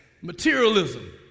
materialism